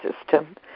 system